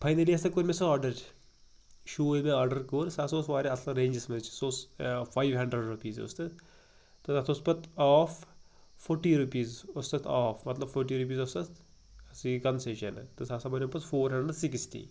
finally ہَسا کوٚر مےٚ سُہ آرڈَر شوٗ ییٚلہِ مےٚ آرڈَر کوٚر سُہ ہسا اوس واریاہ اصٕل رینٛجیٚس وینٛجیٚس سُہ اوس فایِو ہَنڈرڈ روپیٖز اوس تَتھ تہٕ تَتھ اوس پَتہٕ آف فورٹی روپیٖز اوس تَتھ آف مطلب فوٹی روپیٖز اوس تَتھ سُہ یہِ کۄنسیشَن تہٕ سُہ ہَسا بَنیٛو پَتہٕ فور ہَنڈرَڈ سِکِسٹی